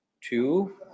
two